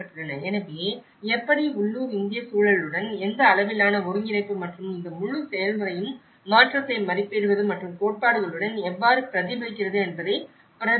எனவே எப்படி உள்ளூர் இந்திய சூழலுடன் எந்த அளவிலான ஒருங்கிணைப்பு மற்றும் இந்த முழு செயல்முறையும் மாற்றத்தை மதிப்பிடுவது மற்றும் கோட்பாடுகளுடன் எவ்வாறு பிரதிபலிக்கிறது என்பதைப் பிரதிபலிக்கும்